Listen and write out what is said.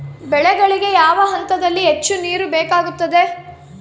ಬೆಳೆಗಳಿಗೆ ಯಾವ ಹಂತದಲ್ಲಿ ಹೆಚ್ಚು ನೇರು ಬೇಕಾಗುತ್ತದೆ?